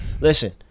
Listen